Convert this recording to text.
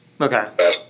Okay